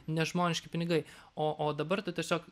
nežmoniški pinigai o o dabar tu tiesiog